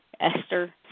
Esther